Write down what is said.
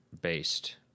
based